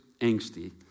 angsty